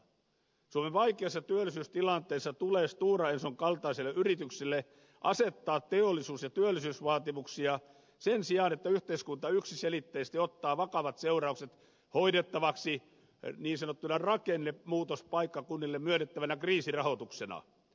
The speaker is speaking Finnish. suomen vaikeassa työllisyystilanteessa tulee stora enson kaltaiselle yritykselle asettaa teollisuus ja työllisyysvaatimuksia sen sijaan että yhteiskunta yksiselitteisesti ottaa vakavat seuraukset hoidettavaksi niin sanottuna rakennemuutospaikkakunnille myönnettävänä kriisirahoituksena